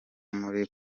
muri